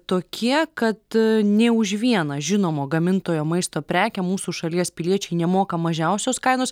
tokie kad nė už vieną žinomo gamintojo maisto prekę mūsų šalies piliečiai nemoka mažiausios kainos